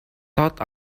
thought